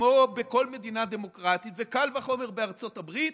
שכמו בכל מדינה דמוקרטית, וקל וחומר בארצות הברית,